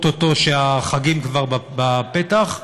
או-טו-טו כשהחגים כבר בפתח.